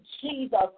Jesus